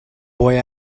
boy